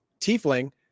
tiefling